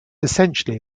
essentially